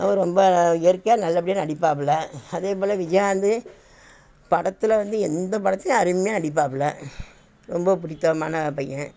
அவர் ரொம்ப இயற்கையாக நல்லபடியாக நடிப்பாப்பில அதே போல் விஜயகாந்து படத்தில் வந்து எந்த படத்திலும் அருமையாக நடிப்பாப்பில ரொம்ப பிடித்தமான பையன்